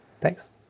Thanks